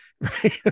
right